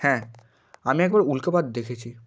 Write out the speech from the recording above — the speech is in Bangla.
হ্যাঁ আমি একবার উল্কাপাত দেখেছি